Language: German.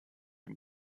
ihm